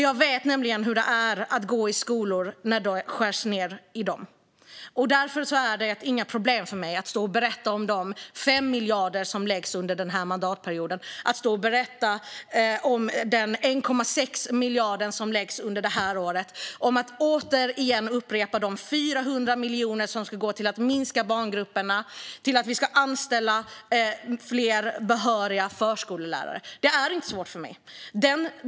Jag vet nämligen hur det är att gå i skolor när det skärs ned i dem. Därför är det inga problem för mig att stå och berätta om de 5 miljarder som läggs under denna mandatperiod eller om de 1,6 miljarder som läggs under detta år. Det är heller inga problem för mig att berätta om de 400 miljoner som ska gå till att minska barngrupperna och till att anställa fler behöriga förskollärare. Det är inte svårt för mig.